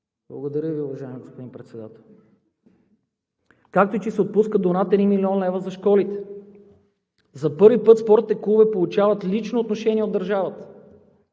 Благодаря Ви, уважаеми господин Председател. …както и, че се отпускат до над 1 млн. лв. за школите. За първи път спортните клубове получават лично отношение от държавата.